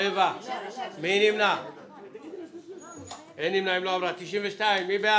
היא אמרה שמהפעם הרביעית שמגישים תלונת סרק תהיה